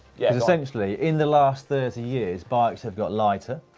yeah cause essentially, in the last thirty years, bikes have got lighter,